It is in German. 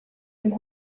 dem